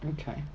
okay